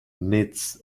midst